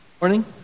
morning